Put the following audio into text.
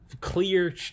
Clear